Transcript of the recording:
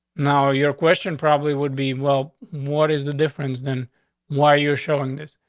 now, your question probably would be well, what is the difference than why you're showing this?